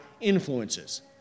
influences